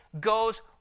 goes